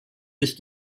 sich